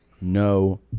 no